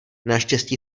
naštěstí